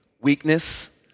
weakness